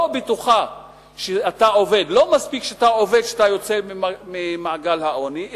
לא מספיק שאתה עובד ואתה יוצא ממעגל העוני,